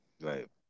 Right